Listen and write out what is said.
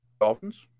Dolphins